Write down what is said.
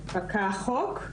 נוהל עבודה בעקבות פקיעת החוק.